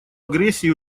агрессии